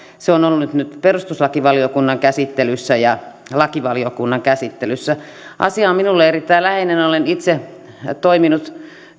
se on ollut nyt nyt perustuslakivaliokunnan käsittelyssä ja lakivaliokunnan käsittelyssä asia on minulle erittäin läheinen olen itse toiminut